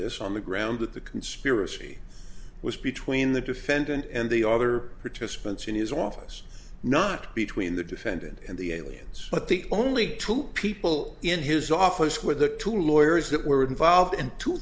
this on the ground that the conspiracy was between the defendant and the other participants in his office not between the defendant and the aliens but the only two people in his office were the two lawyers that were involved in two